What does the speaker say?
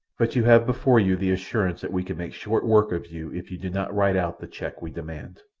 but you have before you the assurance that we can make short work of you if you do not write out the cheque we demand.